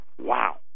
Wow